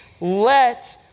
let